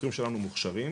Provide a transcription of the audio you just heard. החוקרים שלנו מוכשרים.